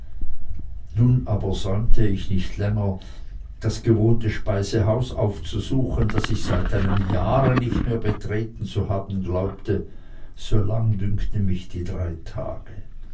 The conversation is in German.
nun aber säumte ich nicht länger das gewohnte speisehaus aufzusuchen das ich seit einem jahre nicht mehr betreten zu haben glaubte so lang dünkten mich die drei tage